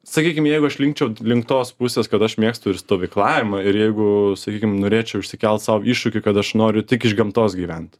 sakykim jeigu aš linkčiau link tos pusės kad aš mėgstu ir stovyklavimą ir jeigu sakykim norėčiau išsikelt sau iššūkį kad aš noriu tik iš gamtos gyvent